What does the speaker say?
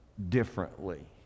differently